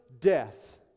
death